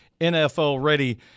NFL-ready